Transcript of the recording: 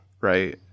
right